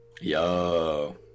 Yo